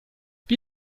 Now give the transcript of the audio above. wie